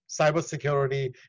cybersecurity